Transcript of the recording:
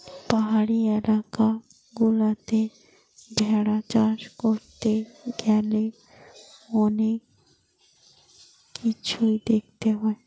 পাহাড়ি এলাকা গুলাতে ভেড়া চাষ করতে গ্যালে অনেক কিছুই দেখতে হয়